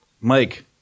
Mike